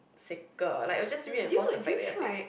sicker like was just really enforce the fat that are sick